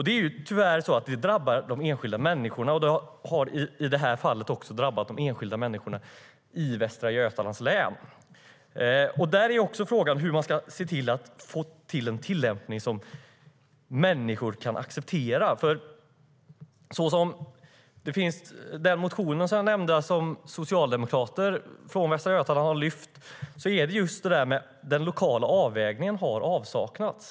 Detta drabbar tyvärr de enskilda människorna. Det har i det här fallet drabbat de enskilda människorna i Västra Götalands län.Frågan är hur man ska få till en tillämpning som människor kan acceptera. Jag nämnde en motion som socialdemokrater från Västra Götaland har väckt. Det handlar just om att den lokala avvägningen har saknats.